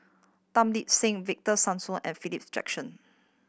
Tan Lip Seng Victor Sassoon and Philip Jackson